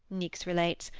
niecks relates,